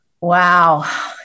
Wow